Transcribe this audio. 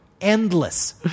endless